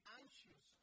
anxious